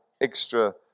extra